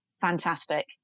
fantastic